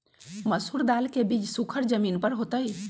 मसूरी दाल के बीज सुखर जमीन पर होतई?